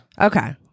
Okay